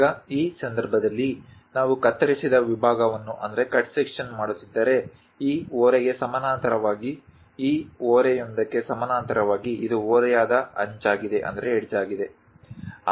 ಈಗ ಈ ಸಂದರ್ಭದಲ್ಲಿ ನಾವು ಕತ್ತರಿಸಿದ ವಿಭಾಗವನ್ನು ಮಾಡುತ್ತಿದ್ದರೆ ಈ ಓರೆಗೆ ಸಮಾನಾಂತರವಾಗಿ ಈ ಓರೆಯೊಂದಕ್ಕೆ ಸಮಾನಾಂತರವಾಗಿ ಇದು ಓರೆಯಾದ ಅಂಚಾಗಿದೆ